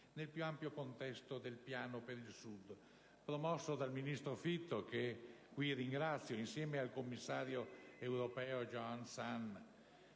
nel più ampio contesto del Piano per il Sud promosso dal ministro Fitto, che qui ringrazio insieme al commissario europeo Johannes